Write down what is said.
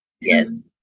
Yes